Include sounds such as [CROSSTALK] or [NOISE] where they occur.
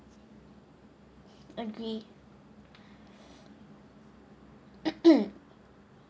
agree [COUGHS]